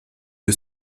que